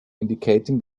indicating